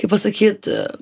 kaip pasakyt